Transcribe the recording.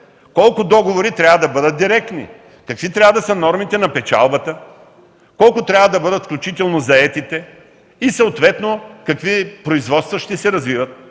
Колко договори трябва да бъдат директни? Какви трябва да са нормите на печалбата? Колко трябва да бъдат, включително заетите? Съответно какви производства ще се развиват,